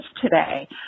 today